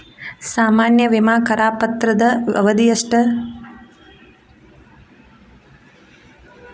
ಸಾಮಾನ್ಯ ವಿಮಾ ಕರಾರು ಪತ್ರದ ಅವಧಿ ಎಷ್ಟ?